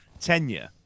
tenure